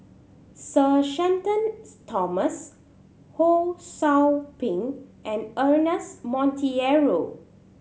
Sir Shenton Thomas Ho Sou Ping and Ernest Monteiro